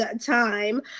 time